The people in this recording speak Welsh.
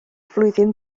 flwyddyn